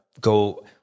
go